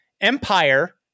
Empire